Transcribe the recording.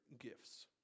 gifts